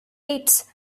its